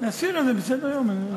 להסיר את זה מסדר-היום.